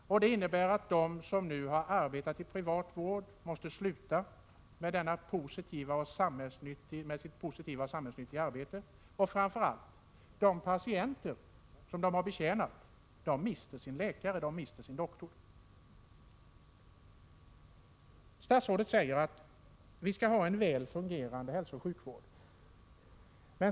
De som nu har arbetat inom den privata vården måste sluta med sitt positiva och samhällsnyttiga arbete. Och framför allt: De patienter som de har betjänat mister sin doktor. Statsrådet säger att vi skall ha en väl fungerande hälsooch sjukvård.